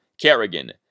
Kerrigan